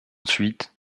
ensuite